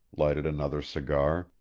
lighted another cigar,